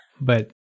but-